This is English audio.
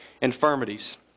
infirmities